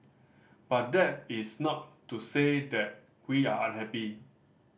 but that is not to say that we are unhappy